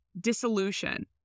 dissolution